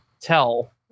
tell